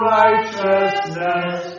righteousness